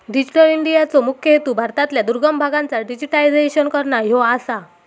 digital इंडियाचो मुख्य हेतू भारतातल्या दुर्गम भागांचा डिजिटायझेशन करना ह्यो आसा